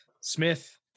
Smith